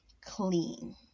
clean